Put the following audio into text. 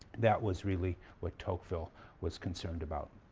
that was really what tocqueville was concerned about.